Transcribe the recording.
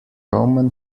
roman